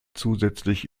zusätzlich